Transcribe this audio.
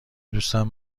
دوستم